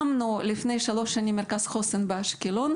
לפני שלוש שנים הקמנו מרכז חוסן באשקלון.